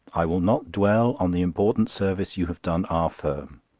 i will not dwell on the important service you have done our firm.